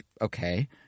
okay